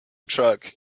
truck